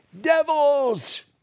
devils